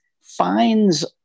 finds